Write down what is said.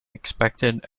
expected